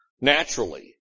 naturally